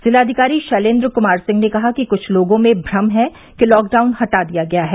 जिलाधिकारी शैलेन्द्र कुमार सिंह ने कहा कि कुछ लोगों में भ्रम है कि लॉकलाउन हटा दिया गया है